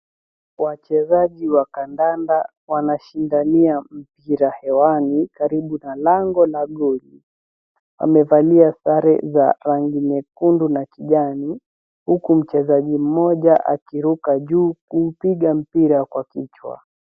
Wachezaji wa kandanda wanashidania mpira hewani karibu na lango la goli. Wamevalia sare za rangi nyekundu na kijani, huku mchezaji mmoja akiruka juu kuupiga mpira kwa kichwa.